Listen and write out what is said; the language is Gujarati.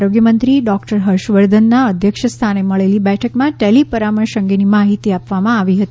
આરોગ્ય મંત્રી ડોક્ટર હર્ષ વર્ધનના અધ્યક્ષ સ્થાને મળેલી બેઠકમાં ટેલિ પરામર્શ અંગેની માહિતી આપવામાં આવી હતી